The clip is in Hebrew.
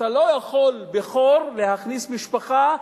אתה לא יכול בְּחור להכניס משפחה,